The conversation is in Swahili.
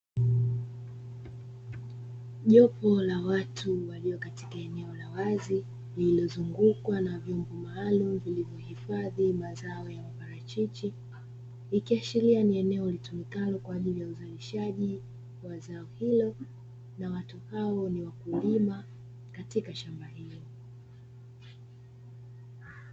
Jopo la watu walio katika eneo la wazi lililozungukwa na vyombo maalumu vilivyohifadhi mazao ya parachichi, likiashiria ni eneo litumikalo kwa ajili ya uzalishaji wa zao hilo na watu hao ni wakulima katika shamba hilo.